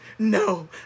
No